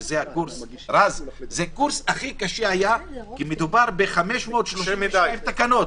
שזה היה הקורס הכי קשה כי מדובר ב-532 תקנות.